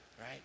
right